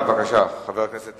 בבקשה, חבר הכנסת